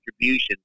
distribution